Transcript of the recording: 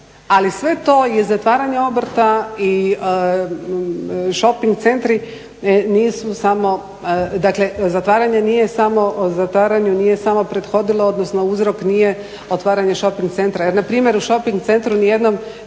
Ali sve to je zatvaranje obrta i shopping centri nisu samo, dakle zatvaranje nije samo, zatvaranju nije samo prethodilo, odnosno uzrok nije otvaranje shopping centra. Jer npr. u shopping centru niti jednom,